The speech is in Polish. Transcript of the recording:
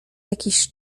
jakiś